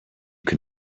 can